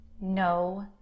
no